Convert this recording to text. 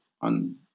on